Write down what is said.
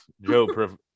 Joe